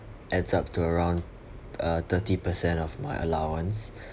adds up to around uh thirty percent of my allowance